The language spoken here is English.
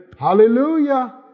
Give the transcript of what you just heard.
Hallelujah